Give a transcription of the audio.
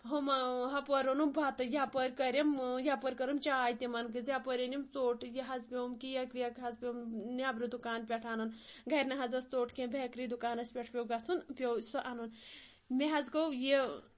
ہۄپٲرۍ اوٚنمُم بَتہٕ یپٲرۍ کٔرِم یپٲرۍ کٔرم چاے تِمن گژھ یپٲرۍ أنِم ژوٚٹ یہِ حظ پیوٚوُم کیٛک ویٛک حظ پیوٚوُم نؠبرٕ دُکان پؠٹھ اَنُن گَرِ حظ ٲس ژوٚٹ کینٛہہ بیکری دُکانَس پؠٹھ پیوٚو گژھُن پیوٚو سُہ اَنُن مےٚ حظ گوٚو یہِ